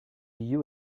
you